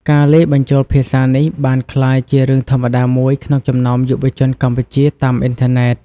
ការលាយបញ្ចូលភាសានេះបានក្លាយជារឿងធម្មតាមួយក្នុងចំណោមយុវជនកម្ពុជាតាមអ៊ីនធឺណិត។